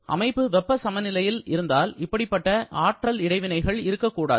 அமைப்பு வெப்பசமநிலையில் இருந்தால் இப்படிப்பட்ட ஆற்றல் இடைவினைகள் இருக்கக்கூடாது